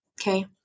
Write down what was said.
Okay